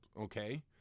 okay